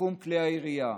בתחום כלי הירייה,